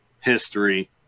history